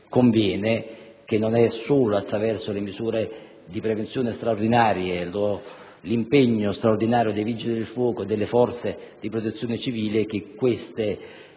conviene che non è solo attraverso le misure di prevenzione straordinarie e l'impegno straordinario dei Vigili del fuoco e delle forze della Protezione civile che queste